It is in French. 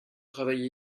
travailler